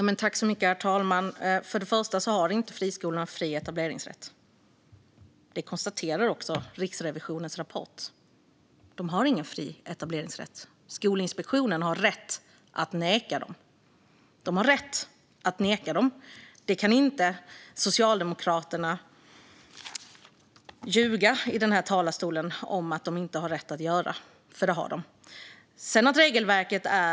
Herr talman! Friskolorna har inte fri etableringsrätt, vilket också konstateras i Riksrevisionens rapport. Skolinspektionen har rätt att neka dem att etablera sig. Socialdemokraterna kan inte stå i denna talarstol och ljuga om att Skolinspektionen inte har rätt att göra det, för det har man.